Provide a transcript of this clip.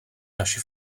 naši